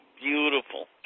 Beautiful